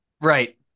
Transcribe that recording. Right